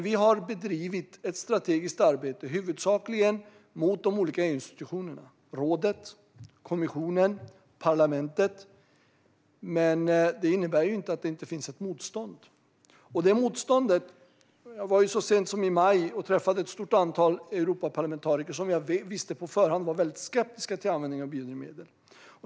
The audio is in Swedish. Vi har bedrivit ett strategiskt arbete huvudsakligen mot de olika EU-institutionerna rådet, kommissionen, parlamentet. Men det innebär inte att det inte finns ett motstånd. Jag var så sent som i maj och träffade ett stort antal Europaparlamentariker som jag visste på förhand är skeptiska till användningen av biodrivmedel.